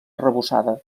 arrebossada